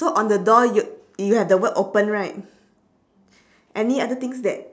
so on the door you you have the word open right any other things that